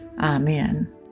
Amen